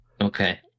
Okay